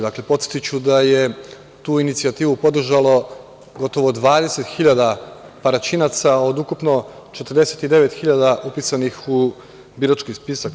Dakle, podsetiću, da je tu inicijativu podržalo gotovo 20 hiljada Paraćinaca, od ukupno 49 hiljada upisanih u birački spisak.